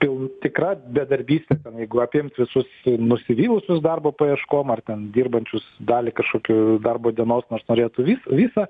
jau tikra bedarbystė jeigu apimt visus nusivylusius darbo paieškom ar ten dirbančius dalį kažkokių darbo dienos nors norėtų vis visą